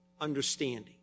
understanding